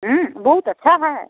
बहुत अच्छा है